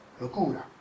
locura